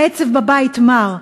העצב בבית מר,